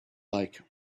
like